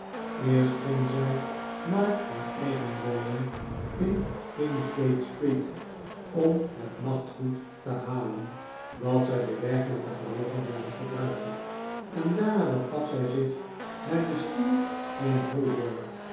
eerst ging zij naar haar eigen woning in kingsgate street om het nachtgoed te halen dat zij bij dergelijke gelegenheden gebruikte en daarna begaf zij zich naar de stier in holborn